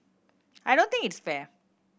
I don't think it's fair